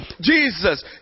Jesus